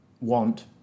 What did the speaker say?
want